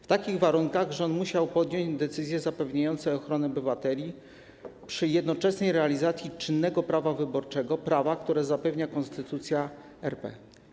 W takich warunkach rząd musiał podjąć decyzje zapewniające ochronę obywateli przy jednoczesnej realizacji czynnego prawa wyborczego - prawa, które zapewnia Konstytucja RP.